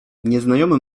nieznajomy